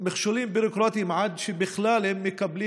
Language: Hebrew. מכשולים ביורוקרטיים עד שהם בכלל מקבלים